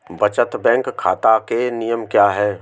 बचत बैंक खाता के नियम क्या हैं?